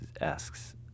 Asks